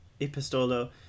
epistolo